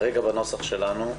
מה כרגע בנוסח שלנו?